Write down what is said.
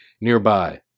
nearby